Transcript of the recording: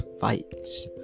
fights